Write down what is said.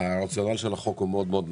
הרציונל של החוק מאוד מאוד נכון.